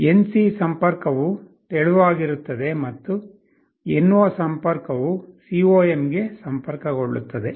NC ಸಂಪರ್ಕವು ತೆಳುವಾಗಿರುತ್ತದೆ ಮತ್ತು NO ಸಂಪರ್ಕವು COM ಗೆ ಸಂಪರ್ಕಗೊಳ್ಳುತ್ತದೆ